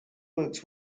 works